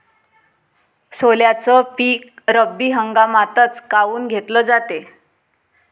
सोल्याचं पीक रब्बी हंगामातच काऊन घेतलं जाते?